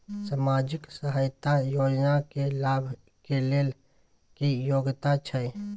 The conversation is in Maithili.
सामाजिक सहायता योजना के लाभ के लेल की योग्यता छै?